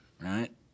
right